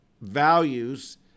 values